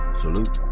salute